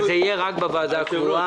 בסדר, אבל זה יהיה רק בוועדה הקבועה.